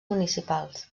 municipals